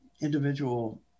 individual